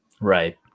Right